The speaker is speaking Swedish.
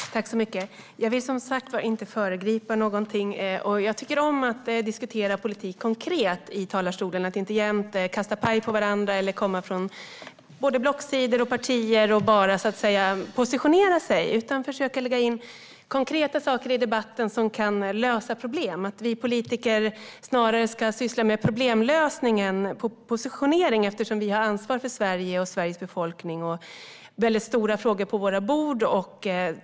Herr ålderspresident! Jag vill som sagt inte föregripa någonting. Jag tycker om att diskutera politik konkret i talarstolen och inte jämt kasta paj på varandra, komma från blocksidor och partier och bara positionera sig utan försöka lägga in konkreta saker i debatten som kan lösa problem. Vi politiker ska snarare syssla med problemlösning än positionering eftersom vi har ansvar för Sverige och Sveriges befolkning. Vi har väldigt stora frågor på våra bord.